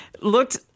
looked